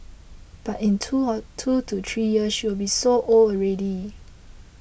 but in two or two to three years she will be so old already